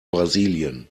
brasilien